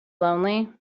lonely